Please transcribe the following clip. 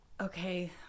okay